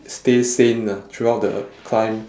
stay sane ah throughout the climb